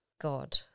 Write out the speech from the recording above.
god